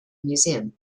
museum